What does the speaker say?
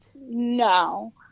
no